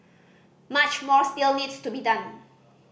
much more still needs to be done